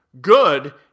Good